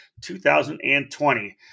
2020